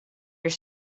your